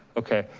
okay,